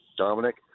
Dominic